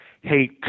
hey